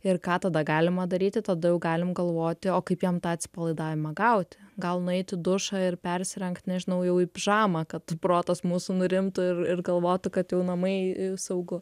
ir ką tada galima daryti tada jau galim galvoti o kaip jam tą atsipalaidavimą gauti gal nueit į dušą ir persirengt nežinau jau į pižamą kad protas mūsų nurimtų ir ir galvotų kad jau namai saugu